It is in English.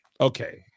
okay